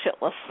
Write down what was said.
shitless